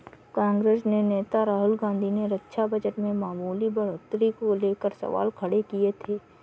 कांग्रेस नेता राहुल गांधी ने रक्षा बजट में मामूली बढ़ोतरी को लेकर सवाल खड़े किए थे